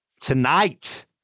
tonight